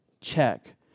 check